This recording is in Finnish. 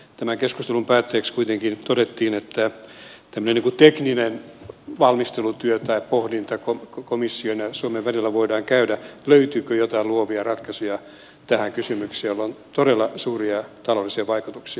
tämän keskustelun päätteeksi kuitenkin todettiin että tekninen valmistelutyö tai pohdinta komission ja suomen välillä voidaan käydä löytyykö joitain luovia ratkaisuja tähän kysymykseen jolla on todella suuria taloudellisia vaikutuksia